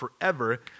forever